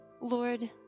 lord